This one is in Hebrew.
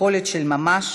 יכולת של ממש